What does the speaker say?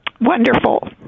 wonderful